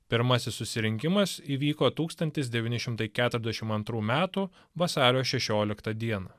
pirmasis susirinkimas įvyko tūkstantis devyni šimtais keturiasdešimt antrų metų vasario šešioliktą dieną